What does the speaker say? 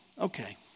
Okay